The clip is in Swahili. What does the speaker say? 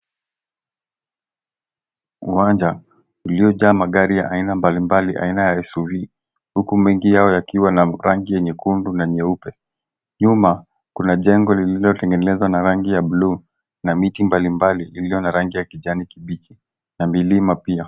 Uwanja uliojaa magari aina mbalimbali aina ya SUV, huku mingi yao yakiwa na ya nyekundu na nyeupe. Nyuma kuna jengo lililotengenezwa na rangi ya bluu na miti mbali mbali iliyo na rangi ya kijani kibichi.